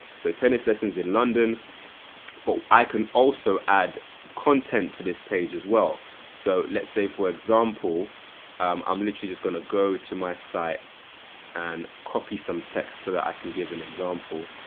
so tennis lessons in london but i can also add content to this page as well so let's say for example i'm literally just gonna go to my site and copy some text so that i can give an example.